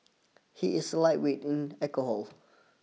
he is lightweight in alcohol